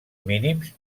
mínims